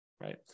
Right